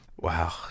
Wow